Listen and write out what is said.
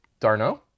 Darno